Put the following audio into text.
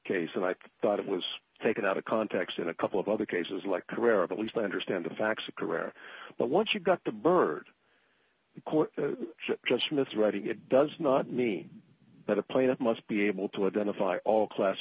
case and i thought it was taken out of context in a couple of other cases like career of at least understand the facts of career but once you've got the bird just mis reading it does not mean that a planet must be able to identify all class